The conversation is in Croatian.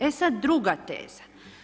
E sad, druga teza.